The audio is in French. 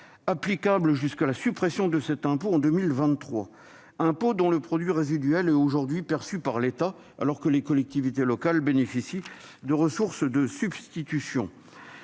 applicable jusqu'à la suppression en 2023 de cet impôt dont le produit résiduel est aujourd'hui perçu par l'État, alors que les collectivités locales bénéficient de ressources de substitution.